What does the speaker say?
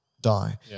die